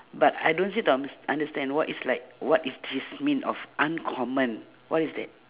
but I don't seem to uns~ understand what is like what is this mean of uncommon what is that